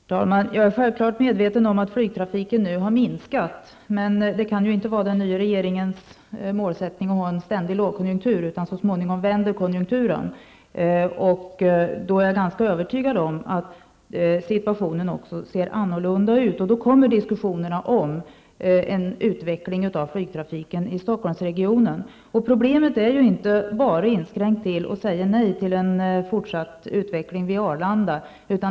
Herr talman! Jag är självfallet medveten om att flygtrafiken har minskat. Men det kan ju inte vara den nya regeringens målsättning att ha en ständig lågkonjunktur -- så småningom vänder konjunkturen, och då ser situationen också annorlunda ut -- det är jag övertygad om. Då kommer diskussionerna om en utveckling av flygtrafiken i Stockholmsregionen. Problemet är inte begränsat till att bara säga nej till en fortsatt utveckling vid Arlanda.